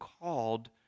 called